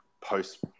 post